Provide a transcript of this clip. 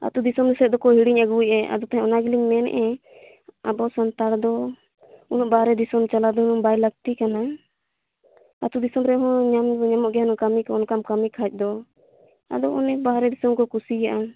ᱟᱹᱛᱩ ᱫᱤᱥᱚᱢ ᱥᱮᱫ ᱫᱚᱠᱚ ᱦᱤᱲᱤᱧ ᱟᱹᱜᱩᱭᱮᱫᱼᱟ ᱟᱨ ᱵᱟᱠᱷᱟᱱ ᱚᱱᱟ ᱜᱮᱞᱤᱧ ᱢᱮᱱᱮᱫᱼᱟ ᱟᱵᱚ ᱥᱟᱱᱛᱟᱲ ᱫᱚ ᱩᱱᱟᱹᱜ ᱵᱟᱨᱦᱮ ᱫᱤᱥᱚᱢ ᱪᱟᱞᱟᱣ ᱫᱚ ᱵᱟᱭ ᱞᱟᱹᱠᱛᱤ ᱠᱟᱱᱟ ᱟᱹᱛᱩ ᱫᱤᱥᱚᱢ ᱨᱮᱦᱚᱸ ᱧᱟᱢ ᱫᱚ ᱧᱟᱢᱚᱜ ᱜᱮᱭᱟ ᱠᱟᱹᱢᱤ ᱠᱚ ᱚᱱᱠᱟᱢ ᱠᱟᱹᱢᱤ ᱠᱷᱟᱱ ᱫᱚ ᱟᱫᱚ ᱚᱱᱮ ᱵᱟᱨᱦᱮ ᱫᱤᱥᱚᱢ ᱠᱚ ᱠᱩᱥᱤᱭᱟᱜᱼᱟ